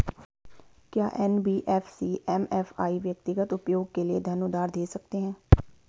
क्या NBFC MFI व्यक्तिगत उपयोग के लिए धन उधार दें सकते हैं?